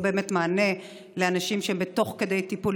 באמת מענה לאנשים שהם תוך כדי טיפול,